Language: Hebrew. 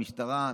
המשטרה,